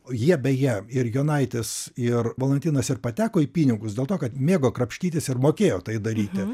jie beje ir jonaitis ir valantinas ir pateko į pinigus dėl to kad mėgo krapštytis ir mokėjo tai daryti